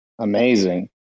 amazing